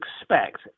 expect